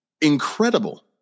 incredible